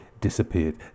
Disappeared